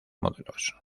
modelos